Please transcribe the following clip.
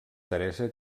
teresa